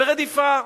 ו"רדיפה".